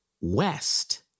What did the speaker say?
west